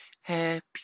Happy